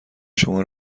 شما